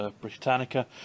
Britannica